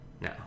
No